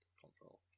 console